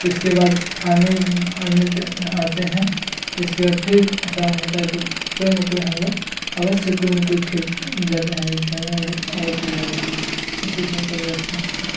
इसके बाद आने आते हैं तो इसके बाद फिर ऐसा होता है तो कोई ना कोई हम लोग अवश्य कोई ना कोई खेल जाते हैं खेलने अभी अवश्य जाएंगे इसी सब की व्यवस्था है